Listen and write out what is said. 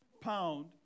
pound